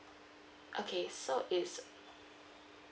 okay so it's